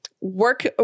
work